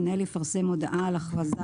המנהל יפרסם הודעה על הכרזה